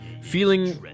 feeling